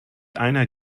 einer